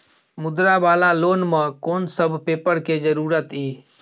मुद्रा वाला लोन म कोन सब पेपर के जरूरत इ?